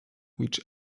which